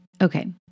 Okay